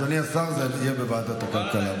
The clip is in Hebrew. אדוני השר, זאת תהיה ועדת הכלכלה.